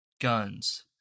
guns